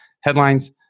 headlines